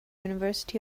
university